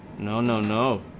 no no no